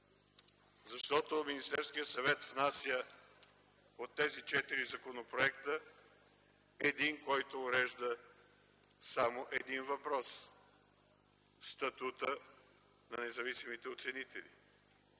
важност. Министерският съвет внася по тези четири законопроекта един, който урежда само един въпрос – статутът на независимите оценители.